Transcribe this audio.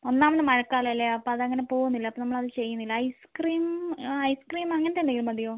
ഒന്നാമത് മഴക്കാലമല്ലേ അപ്പോൾ അതങ്ങനെ പോവുന്നില്ല അപ്പോൾ നമ്മളത് ചെയ്യുന്നില്ല ഐസ് ക്രീം ഐസ് ക്രീം അങ്ങനത്തെ എന്തെങ്കിലും മതിയോ